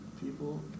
People